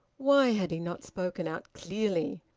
why had he not spoken out clearly?